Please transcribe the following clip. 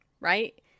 right